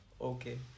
okay